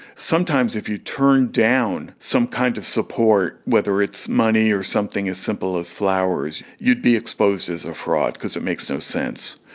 sometimes if you turn down some kind of support, whether it's money or something as simple as flowers, you'd be exposed as a fraud because it makes no sense.